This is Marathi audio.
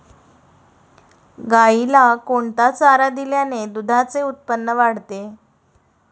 गाईला कोणता चारा दिल्याने दुधाचे उत्पन्न वाढते?